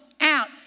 out